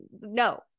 no